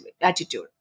attitude